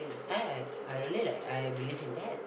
I have I really like I believe in that